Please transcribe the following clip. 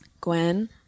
Gwen